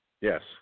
yes